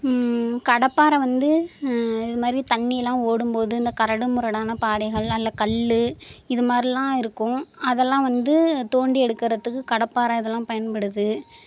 கடப்பாறை வந்து இதுமாதிரி தண்ணியெல்லாம் ஓடும்போது இந்த கரடு முரடான பாறைகள் அல்ல கல்லு இது மாதிரிலாம் இருக்கும் அதெல்லாம் வந்து தோண்டி எடுக்கிறதுக்கு கடப்பாறை இதெல்லாம் பயன்படுது